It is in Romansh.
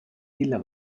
tilla